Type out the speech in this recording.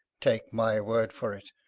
take my word for it,